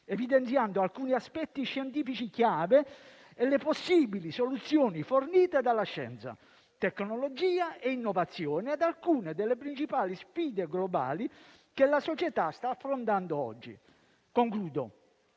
evidenziando alcuni aspetti scientifici chiave e le possibili soluzioni fornite da scienza, tecnologia e innovazione ad alcune delle principali sfide globali che la società sta affrontando oggi. In